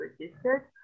registered